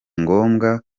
ngombwa